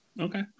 Okay